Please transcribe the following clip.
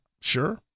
sure